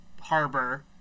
harbor